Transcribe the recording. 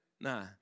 Nah